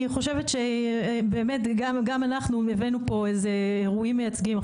אני חושבת שבאמת גם אנחנו הבאנו פה איזה אירועים מיצגים.